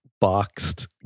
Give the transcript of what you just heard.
boxed